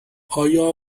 آیا